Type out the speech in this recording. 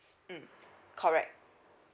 mm correct